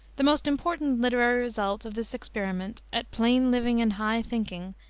the most important literary result of this experiment at plain living and high thinking,